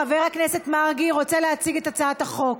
חבר הכנסת מרגי רוצה להציג את הצעת החוק.